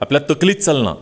आपल्याक तकलींच चलना